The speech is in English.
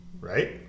Right